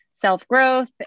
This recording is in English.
self-growth